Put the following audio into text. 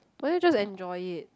why don't just enjoy it